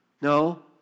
No